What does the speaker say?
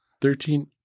Thirteen